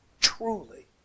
truly